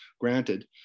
Granted